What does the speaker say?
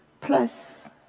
Plus